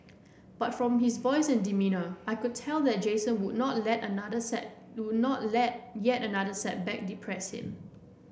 but from his voice and demeanour I could tell that Jason would not let yet another set would not let yet another setback depress him